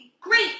great